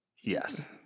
Yes